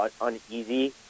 uneasy